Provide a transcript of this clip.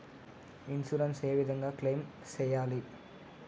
Insurance ఏ విధంగా claim సేయాలి?